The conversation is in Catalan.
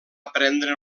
aprendre